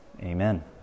Amen